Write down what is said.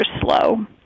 slow